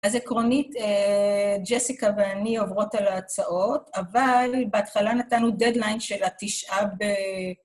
אז עקרונית, ג'סיקה ואני עוברות על ההצעות, אבל בהתחלה נתנו דדליין של התשעה ב...